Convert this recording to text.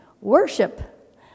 Worship